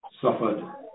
suffered